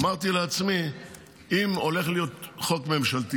אמרתי לעצמי שאם הולך להיות חוק ממשלתי